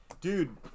Dude